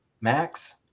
max